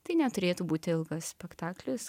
tai neturėtų būti ilgas spektaklis